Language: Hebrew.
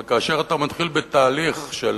אבל כאשר אתה מתחיל בתהליך של